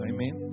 Amen